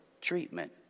treatment